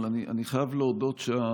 אבל אני חייב להודות,